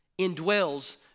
indwells